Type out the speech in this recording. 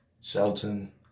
Shelton